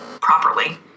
properly